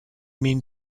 mean